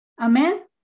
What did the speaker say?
Amen